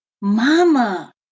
Mama